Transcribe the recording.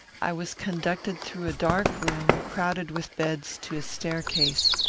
i was conducted through a dark room, crowded with beds, to a staircase.